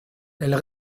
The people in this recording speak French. elles